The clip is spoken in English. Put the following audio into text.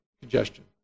congestion